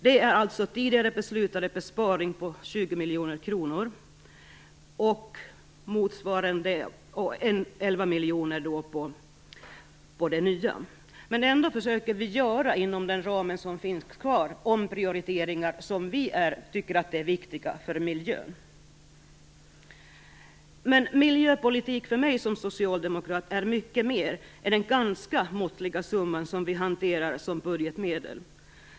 Det gäller en tidigare beslutad besparing på 20 miljoner kronor och 11 miljoner i det nya förslaget. Ändå försöker vi göra omprioriteringar som vi tycker är viktiga för miljön inom den ram som är kvar. Miljöpolitik för mig som socialdemokrat är mycket mer än den ganska måttliga summa som vi hanterar som budgetmedel.